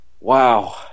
Wow